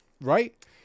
Right